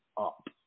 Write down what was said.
up